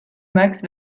max